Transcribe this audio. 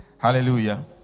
Hallelujah